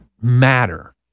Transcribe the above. matter